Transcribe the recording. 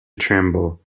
tremble